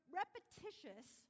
repetitious